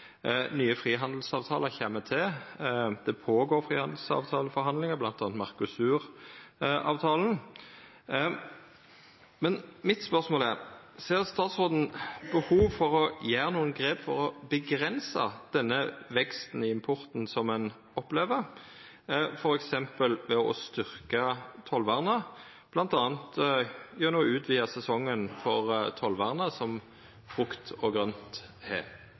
nye frihandelsavtalar kjem til, det finn stad frihandelsavtaleforhandlingar, bl.a. Mercosur-avtalen. Mitt spørsmål er: Ser statsråden behov for å gjera nokon grep for å avgrensa denne veksten i import som ein opplever, f.eks. ved å styrkja tollvernet, bl.a. gjennom å utvida sesongen for tollvernet som frukt og grønt har?